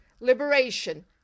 liberation